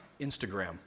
Instagram